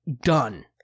done